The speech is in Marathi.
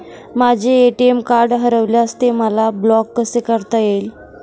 माझे ए.टी.एम कार्ड हरविल्यास ते मला ब्लॉक कसे करता येईल?